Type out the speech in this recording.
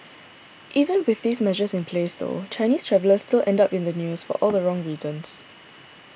even with these measures in place though Chinese travellers still end up in the news for all the wrong reasons